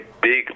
big